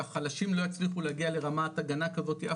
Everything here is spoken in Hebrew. שהחלשים לא יצליחו להגיע לרמת הגנה כזאתי,